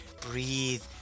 Breathe